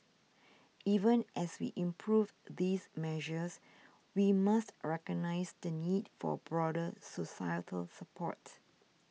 even as we improve these measures we must recognise the need for broader societal support